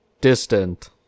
distant